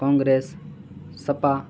Congress Sapa